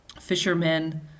fishermen